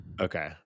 Okay